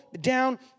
down